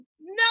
no